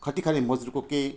खटिखाने मजदुरको केही